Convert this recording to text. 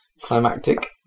climactic